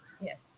Yes